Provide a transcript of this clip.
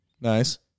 Nice